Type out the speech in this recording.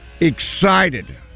excited